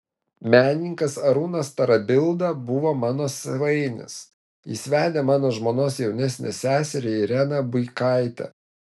menininkas arūnas tarabilda buvo mano svainis jis vedė mano žmonos jaunesnę seserį ireną buikaitę